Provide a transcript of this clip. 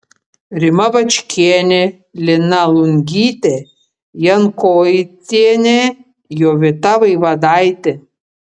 rima bačkienė lina lungytė jankoitienė jovita vaivadaitė